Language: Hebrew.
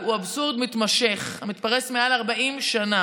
הוא אבסורד מתמשך המתפרס מעל 40 שנה.